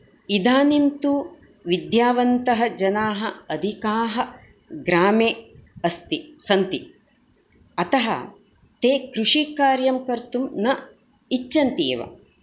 इदानीं तु विद्यावन्तः जनाः अधिकाः ग्रामे अस्ति सन्ति अतः ते कृषिकार्यं कर्तुं न इच्छन्ति एव